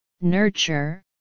Nurture